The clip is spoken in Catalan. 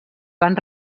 van